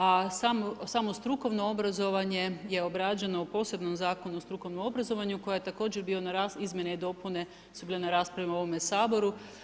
A samo strukovno obrazovanje je obrađeno u posebnom Zakonu o strukovnom obrazovanju, koje je također bio na, izmjene i dopune su bile na raspravi u ovome Saboru.